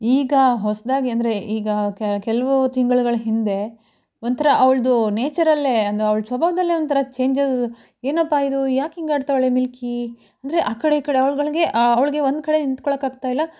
ಈಗ ಹೊಸದಾಗಿ ಅಂದರೆ ಈಗ ಕೆಲವು ತಿಂಗಳುಗಳ ಹಿಂದೆ ಒಂಥರ ಅವ್ಳದ್ದು ನೇಚರಲ್ಲೇ ಅಂದರೆ ಅವ್ಳ ಸ್ವಭಾವ್ದಲ್ಲೇ ಒಂಥರ ಚೇಂಜಸ್ ಏನಪ್ಪಾ ಇದು ಯಾಕಿಂಗಾಡ್ತೌಳೆ ಮಿಲ್ಕಿ ಅಂದರೆ ಆ ಕಡೆ ಈ ಕಡೆ ಅವ್ಳಿಗಳಿಗೆ ಅವ್ಳಿಗೆ ಒಂದುಕಡೆ ನಿಂತ್ಕೊಳೋಕ್ಕಾಗ್ತಾಯಿಲ್ಲ